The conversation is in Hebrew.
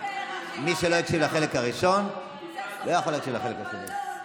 מי שלא הקשיב לחלק הראשון לא יכול להקשיב לחלק השני.